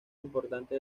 importante